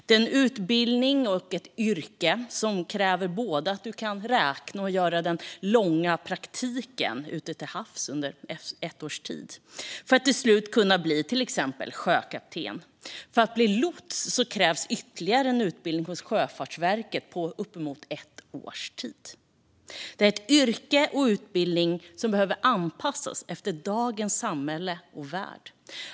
Det är en utbildning och ett yrke som kräver att du kan både räkna och göra lång praktik till havs under ett års tid för att till slut bli till exempel sjökapten. För att bli lots krävs ytterligare utbildning hos Sjöfartsverket på uppemot ett år. Yrkena och utbildningarna behöver anpassas efter dagens samhälle och värld.